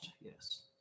yes